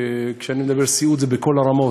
כשאני מדבר על סיעוד זה בכל הרמות,